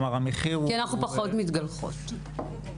אנחנו פחות מתגלחות.